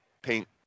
paint